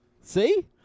See